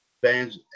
Fans